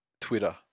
Twitter